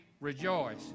rejoice